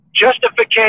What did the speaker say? Justification